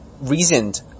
reasoned